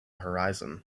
horizon